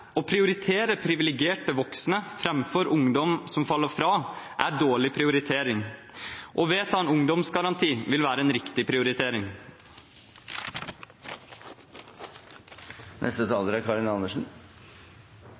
Å prioritere privilegerte voksne framfor ungdom som faller fra, er dårlig prioritering. Å vedta en ungdomsgaranti vil være en riktig prioritering.